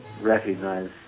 recognize